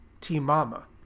T-Mama